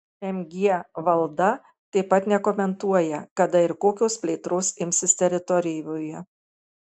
mg valda taip pat nekomentuoja kada ir kokios plėtros imsis teritorijoje